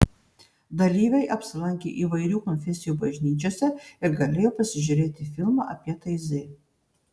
dalyviai apsilankė įvairių konfesijų bažnyčiose ir galėjo pasižiūrėti filmą apie taizė